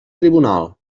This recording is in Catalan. tribunal